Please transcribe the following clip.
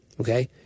Okay